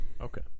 okay